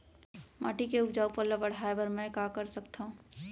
माटी के उपजाऊपन ल बढ़ाय बर मैं का कर सकथव?